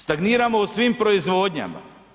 Stagniramo u svim proizvodnjama.